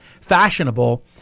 fashionable